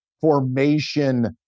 formation